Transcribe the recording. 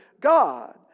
God